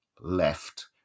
left